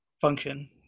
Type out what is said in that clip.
function